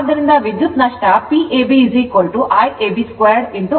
ಆದ್ದರಿಂದ ವಿದ್ಯುತ್ ನಷ್ಟ Pab Iab 2 Rab 4